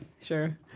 Sure